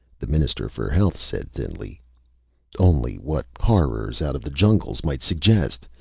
the minister for health said thinly only what horrors out of the jungles might suggest!